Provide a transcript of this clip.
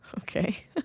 Okay